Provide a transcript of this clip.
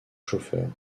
chauffeur